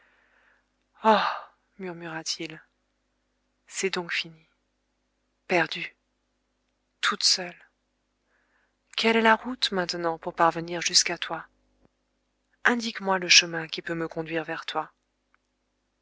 oh murmura-t-il c'est donc fini perdue toute seule quelle est la route maintenant pour parvenir jusqu'à toi indique-moi le chemin qui peut me conduire vers toi